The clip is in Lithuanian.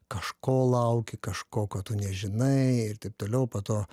kažko lauki kažko ko tu nežinai ir taip toliau po to